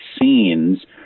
scenes